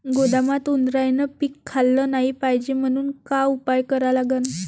गोदामात उंदरायनं पीक खाल्लं नाही पायजे म्हनून का उपाय करा लागन?